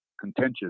contentious